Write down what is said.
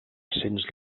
cents